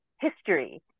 history